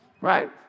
right